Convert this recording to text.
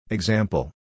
Example